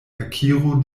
akiro